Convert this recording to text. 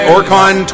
Orcon